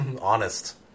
honest